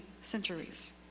centuries